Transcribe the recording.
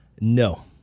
No